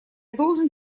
должен